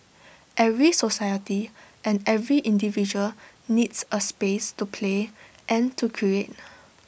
every society and every individual needs A space to play and to create